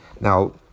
now